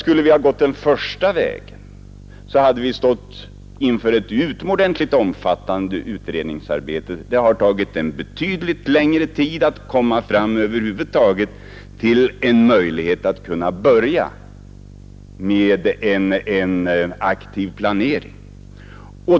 Skulle vi ha gått den första vägen hade vi stått inför ett utomordentligt omfattande utredningsarbete. Det hade tagit betydligt längre tid att över huvud taget komma fram till en möjlighet att kunna börja med en aktiv planering.